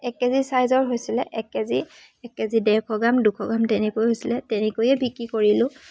এক কেজি চাইজৰ হৈছিলে এক কেজি এক কেজি ডেৰশ গ্ৰাম দুশ গ্ৰাম তেনেকৈ হৈছিলে তেনেকৈয়ে বিক্ৰী কৰিলোঁ